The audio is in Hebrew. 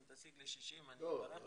אם תשיג לי 60 אני אברך אותך.